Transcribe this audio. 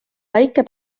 päike